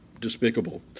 despicable